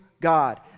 God